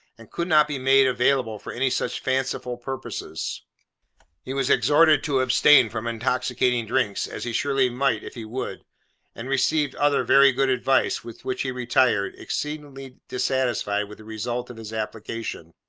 and could not be made available for any such fanciful purposes he was exhorted to abstain from intoxicating drinks, as he surely might if he would and received other very good advice, with which he retired, exceedingly dissatisfied with the result of his application.